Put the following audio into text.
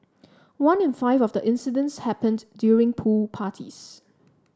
one in five of the incidents happened during pool parties